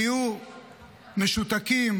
נהיו משותקים,